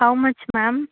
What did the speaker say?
how much ma'am